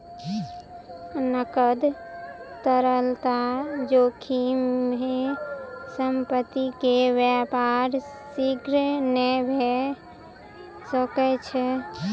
नकद तरलता जोखिम में संपत्ति के व्यापार शीघ्र नै भ सकै छै